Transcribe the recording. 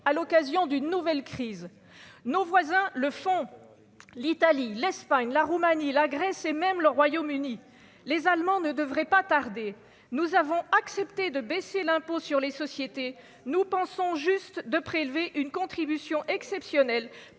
à l'occasion d'une nouvelle crise nos voisins le font l'Italie, l'Espagne, la Roumanie, la Grèce et même le Royaume-Uni, les Allemands ne devrait pas tarder, nous avons accepté de baisser l'impôt sur les sociétés, nous pensons juste de prélever une contribution exceptionnelle